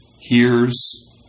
hears